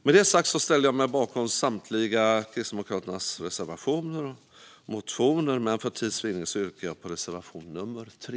Med det sagt ställer jag mig bakom Kristdemokraternas reservationer och motioner, men för tids vinning yrkar jag bifall enbart till reservation nummer 3.